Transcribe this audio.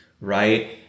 right